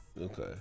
Okay